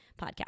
podcast